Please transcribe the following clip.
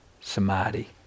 samadhi